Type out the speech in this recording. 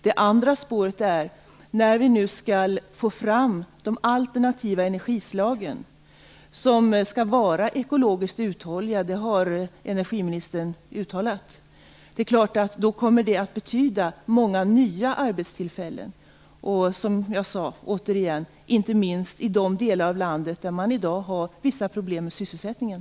Det andra spåret när vi skall få fram de alternativa energislagen - som skall vara ekologiskt uthålliga, det har energiministern uttalat - kommer att betyda många nya arbetstillfällen, inte minst, som jag sade, i de delar av landet där man i dag har vissa problem med sysselsättningen.